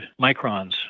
microns